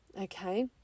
okay